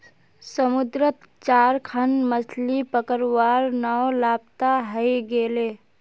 समुद्रत चार खन मछ्ली पकड़वार नाव लापता हई गेले